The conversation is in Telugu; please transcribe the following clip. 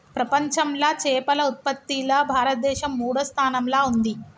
ప్రపంచంలా చేపల ఉత్పత్తిలా భారతదేశం మూడో స్థానంలా ఉంది